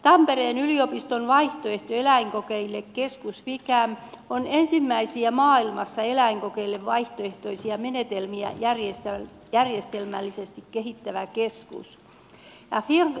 tampereen yliopiston vaihtoehto eläinkokeille keskus ficam on ensimmäisiä maailmassa eläinkokeille vaihtoehtoisia menetelmiä järjestelmällisesti kehittävä keskus